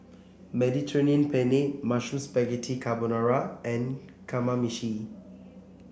Mediterranean Penne Mushroom Spaghetti Carbonara and Kamameshi